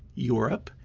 europe,